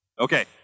Okay